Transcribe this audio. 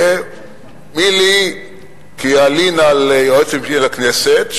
מי לי כי אלין על היועץ המשפטי לכנסת,